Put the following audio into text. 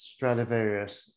Stradivarius